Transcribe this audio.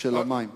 של המים.